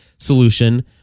solution